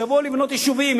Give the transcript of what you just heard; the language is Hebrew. שיבואו לבנות יישובים.